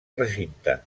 recinte